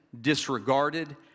disregarded